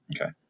Okay